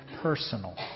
personal